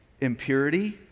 impurity